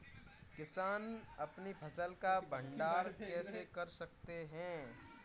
किसान अपनी फसल का भंडारण कैसे कर सकते हैं?